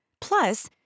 Plus